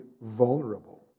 vulnerable